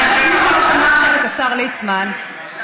אני חושבת שמי ששמע עכשיו את השר ליצמן מבין